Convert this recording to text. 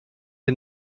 est